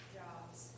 jobs